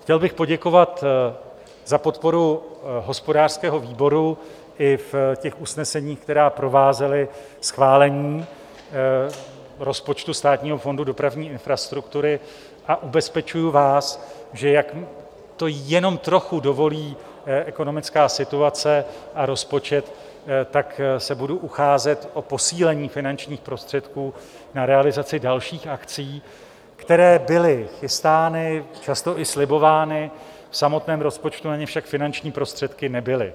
Chtěl bych poděkovat za podporu hospodářského výboru i v těch usneseních, která provázela schválení rozpočtu Státního fondu dopravní infrastruktury, a ubezpečuji vás, že jak to jenom trochu dovolí ekonomická situace a rozpočet, tak se budu ucházet o posílení finančních prostředků na realizaci dalších akcí, které byly chystány, často i slibovány, v samotném rozpočtu na ně však finanční prostředky nebyly.